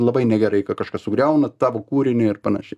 labai negerai kad kažkas sugriauna tavo kūriniui ir panašiai